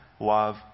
love